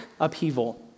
upheaval